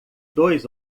dois